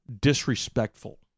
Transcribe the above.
disrespectful